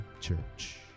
Church